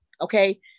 okay